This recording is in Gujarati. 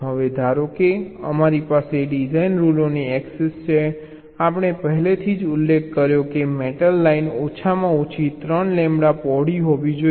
હવે ધારો કે અમારી પાસે ડિઝાઇન રૂલોની ઍક્સેસ છે આપણે પહેલેથી જ ઉલ્લેખ કર્યો છે કે મેટલ લાઇન ઓછામાં ઓછી 3 લેમ્બડા પહોળી હોવી જોઈએ